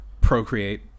procreate